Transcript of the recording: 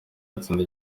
atsinda